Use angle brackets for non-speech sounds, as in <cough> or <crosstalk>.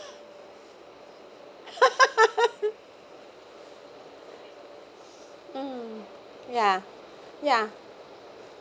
<laughs> mm ya ya